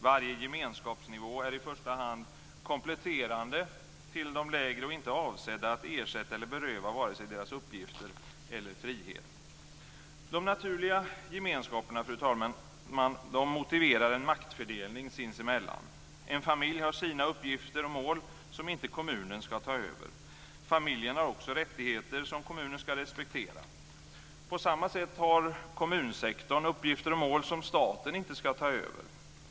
Varje gemenskapsnivå är i första hand kompletterande till de lägre och inte avsedd att ersätta eller beröva vare sig deras uppgifter eller frihet. De naturliga gemenskaperna, fru talman, motiverar en maktfördelning sinsemellan. En familj har sina uppgifter och mål som inte kommunen ska ta över. Familjen har också rättigheter som kommunen ska respektera. På samma sätt har kommunsektorn uppgifter och mål som staten inte ska ta över.